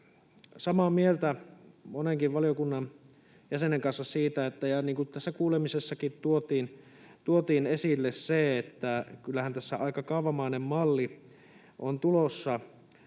samaa mieltä monenkin valiokunnan jäsenen kanssa siitä, niin kuin tässä kuulemisessakin tuotiin esille, että kyllähän tästä aika kaavamainen malli on tulossa,